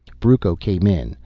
brucco came in,